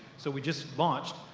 so we just launched.